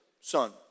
son